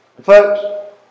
Folks